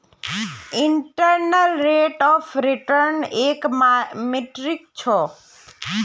internal rate of return एक metric छ